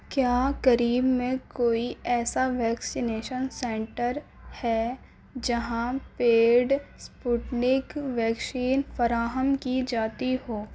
کیا قریب میں کوئی ایسا ویکسینیشن سینٹر ہے جہاں پیڈ اسپوٹنک ویکشین فراہم کی جاتی ہو